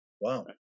Wow